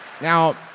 Now